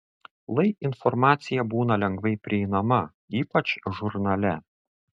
lai informacija būna lengvai prieinama ypač žurnale